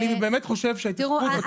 לדעתי,